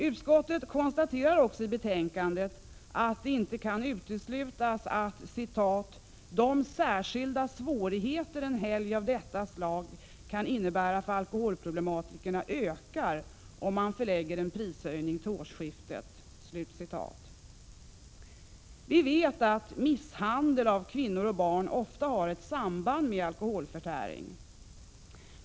Utskottet konstaterar också i betänkandet att det inte kan uteslutas att ”de särskilda svårigheter en helg av detta slag kan innebära för alkoholproblema tikerna ökar om man förlägger en prishöjning till årsskiftet”. Vi vet att misshandel av kvinnor och barn ofta har ett samband med alkoholförtäring.